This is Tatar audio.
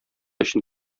өчен